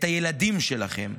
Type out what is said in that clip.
את הילדים שלכם,